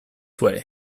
way